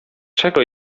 czego